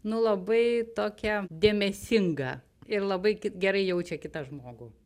nu labai tokia dėmesinga ir labai ki gerai jaučia kitą žmogų